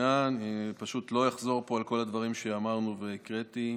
אני פשוט לא אחזור פה על כל הדברים שאמרנו והקראתי.